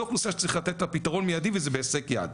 זו אוכלוסייה שצריך לתת לה פתרון מידי וזה בהישג יד.